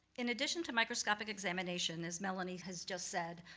in addition to microscopic examination, as melanie has just said,